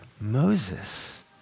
Moses